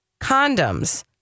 condoms